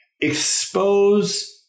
Expose